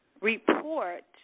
report